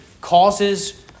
causes